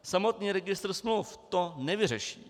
Samotný registr smluv to nevyřeší.